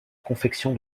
confection